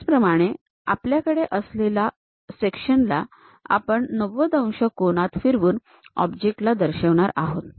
त्याचप्रमाणे आपल्याकडे असलेल्या सेक्शन ला आपण 90 अंश कोनात फिरवून ऑब्जेक्ट ला दर्शवणार आहोत